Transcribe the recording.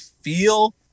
feel